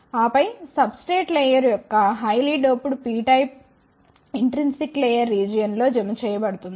ఆపై substrate layer యొక్క highly doped P type intrinsic layer region లో జమ చేయ బడుతుంది